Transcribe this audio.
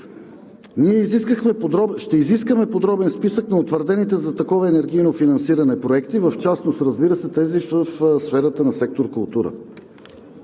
Ние ще изискаме подробен списък на утвърдените за такова енергийно финансиране проекти в частност, разбира се, тези в сферата на сектор „Култура“.